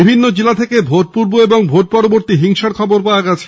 বিভিন্ন জেলা থেকে ভোটপূর্ব ও ভোট পরবর্তী হিংসার খবর পাওয়া গেছে